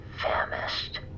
famished